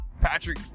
Patrick